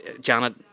Janet